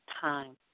time